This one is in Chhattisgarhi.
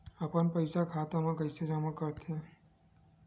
अपन पईसा खाता मा कइसे जमा कर थे?